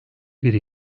bir